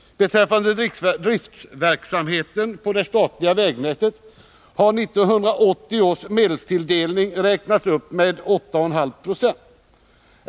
Beträffande driftverksamheten på det statliga vägnätet har 1980 års medelstilldelning räknats upp med ca 8,5 26.